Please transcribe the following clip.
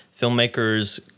filmmakers